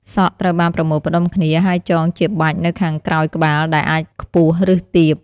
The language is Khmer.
សក់ត្រូវបានប្រមូលផ្តុំគ្នា ហើយចងជាបាច់នៅខាងក្រោយក្បាល ដែលអាចខ្ពស់ ឬទាប។